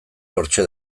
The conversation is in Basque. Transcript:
hortxe